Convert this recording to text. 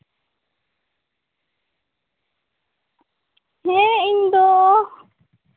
ᱦᱮᱸ ᱤᱧᱫᱚ